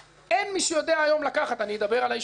אין מי שיודע היום לקחת אני מדבר על הישובים שלי